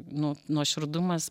nu nuoširdumas